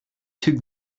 took